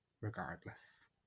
regardless